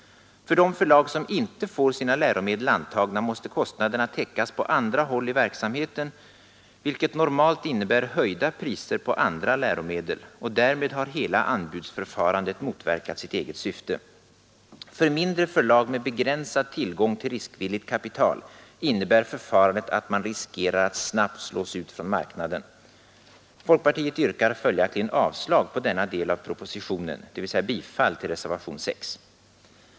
För de förlag som inte får sina läromedel antagna måste kostnaderna täckas på andra håll i verksamheten, vilket normalt innebär höjda priser på andra läromedel. Och därmed har hela anbudsförfarandet motverkat sitt eget syfte. För mindre förlag med begränsad tillgång till riskvilligt kapital innebär förfarandet att de riskerar att snabbt slås ut från marknaden. Folkpartiet yrkar följaktligen avslag på denna del av propositionen, dvs. bifall till reservation 6.